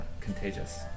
contagious